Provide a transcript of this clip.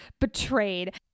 betrayed